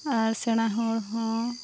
ᱟᱨ ᱥᱮᱬᱟ ᱦᱚᱲᱦᱚᱸ